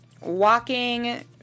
walking